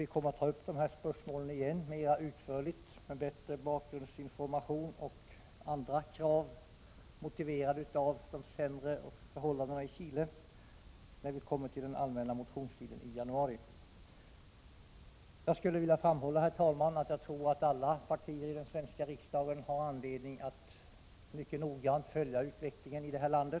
Vi kommer att ta upp dessa spörsmål mera utförligt igen när vi kommer till den allmänna motionstiden i januari, och då med bättre bakgrundsinformation och andra krav motiverade av de sämre förhållandena i Chile. Jag skulle vilja framhålla, herr talman, att jag tror att alla partier i den svenska riksdagen har anledning att mycket noggrant följa utvecklingen i detta land.